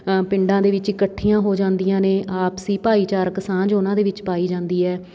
ਪਿੰਡਾਂ ਦੇ ਵਿੱਚ ਇਕੱਠੀਆਂ ਹੋ ਜਾਂਦੀਆਂ ਨੇ ਆਪਸੀ ਭਾਈਚਾਰਕ ਸਾਂਝ ਉਹਨਾਂ ਦੇ ਵਿੱਚ ਪਾਈ ਜਾਂਦੀ ਹੈ